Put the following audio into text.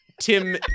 Tim